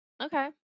Okay